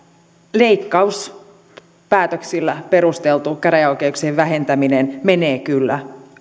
leikkauspäätöksillä perusteltu käräjäoikeuksien vähentäminen menee kyllä